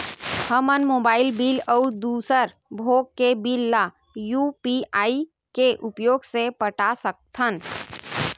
हमन mobile bill अउ दूसर भोग के बिल ला यू.पी.आई के उपयोग से पटा सकथन